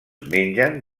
mengen